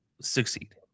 succeed